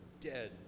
dead